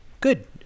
good